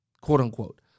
quote-unquote